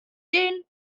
den